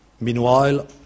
Meanwhile